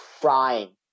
crying